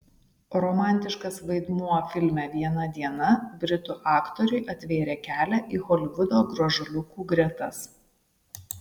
romantiškas vaidmuo filme viena diena britų aktoriui atvėrė kelią į holivudo gražuoliukų gretas